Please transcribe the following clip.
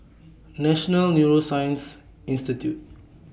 National Neuroscience Institute